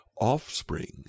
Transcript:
offspring